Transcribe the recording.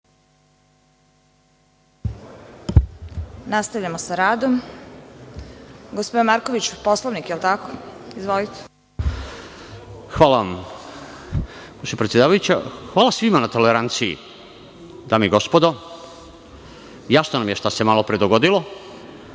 hvala svima na toleranciji. Dame i gospodo, jasno vam je šta se malopre dogodilo